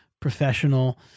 professional